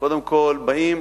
קודם כול באים,